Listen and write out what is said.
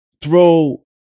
throw